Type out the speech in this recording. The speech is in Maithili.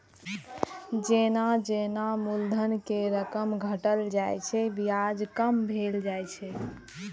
जेना जेना मूलधन के रकम घटल जाइ छै, ब्याज कम भेल जाइ छै